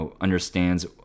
understands